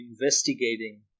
investigating